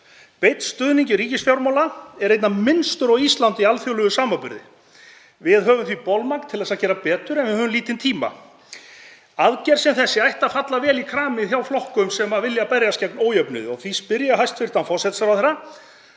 Beinn stuðningur ríkisfjármála er einna minnstur á Íslandi í alþjóðlegum samanburði. Við höfum því bolmagn til að gera betur, en við höfum lítinn tíma. Aðgerð sem þessi ætti að falla vel í kramið hjá flokkum sem vilja berjast gegn ójöfnuði og því spyr ég hæstv. forsætisráðherra